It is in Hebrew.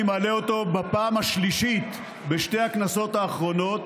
אני מעלה אותו בפעם השלישית בשתי הכנסות האחרונות,